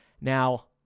Now